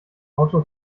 auto